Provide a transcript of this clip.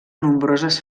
nombroses